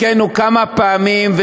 חלקנו כמה פעמים.